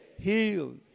healed